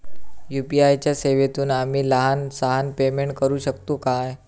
UPI च्या सेवेतून आम्ही लहान सहान पेमेंट करू शकतू काय?